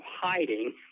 hiding